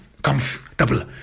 Comfortable